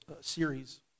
series